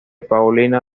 paulina